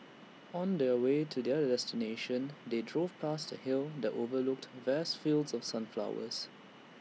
on the way to their destination they drove past A hill that overlooked vast fields of sunflowers